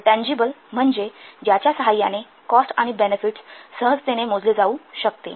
तर टँजिबल म्हणजे ज्याच्या सहाय्याने कॉस्ट आणि बेनेफिट्स सहजतेने मोजले जाऊ शकते